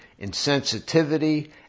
insensitivity